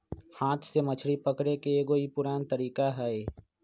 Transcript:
हाथ से मछरी पकड़े के एगो ई पुरान तरीका हई